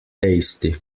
tasty